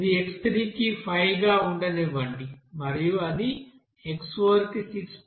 ఇది x3 కి 5 గా ఉండనివ్వండి మరియు అది x4 కి 6